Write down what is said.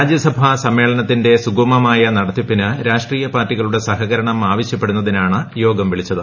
രാജ്യസഭാ സമ്മേളനത്തിന്റെ സുഗമമായ്ട നടത്തിപ്പിന് രാഷ്ട്രീയ പാർട്ടികളുടെ സഹകരണം ആവശ്യ്ക്ക് ടുന്നതിനാണ് യോഗം വിളിച്ച്ത്